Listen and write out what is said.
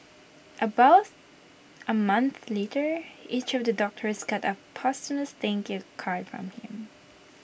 about A month later each of the doctors got A posthumous thank you card from him